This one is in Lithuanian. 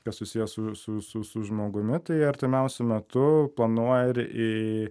kas susiję su su su žmogumi tai artimiausiu metu planuoja ir i